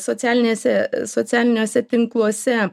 socialinėse socialiniuose tinkluose